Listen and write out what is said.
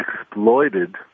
exploited